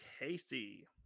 Casey